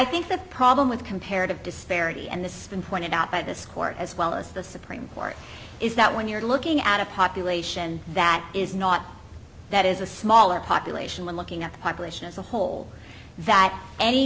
think the problem with comparative disparity and the system pointed out by this court as well as the supreme court is that when you're looking at a population that is not that is a smaller population when looking at the population as a whole that any